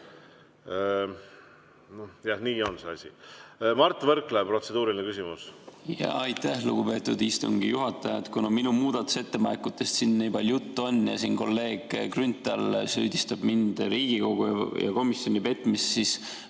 Jah, nii on see asi. Mart Võrklaev, protseduuriline küsimus!